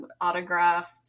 autographed